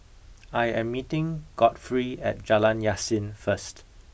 I am meeting Godfrey at Jalan Yasin first